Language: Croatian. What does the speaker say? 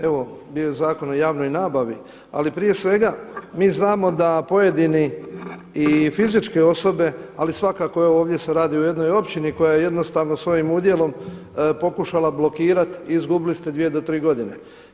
Evo bio je Zakon o javnoj nabavi ali prije svega mi znamo da pojedini i fizičke osobe, ali svakako evo ovdje se radi o jednoj općini koja jednostavno svojim udjelom pokušala blokirati i izgubili ste dvije do tri godine.